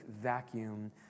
vacuum